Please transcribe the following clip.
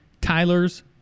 Tyler's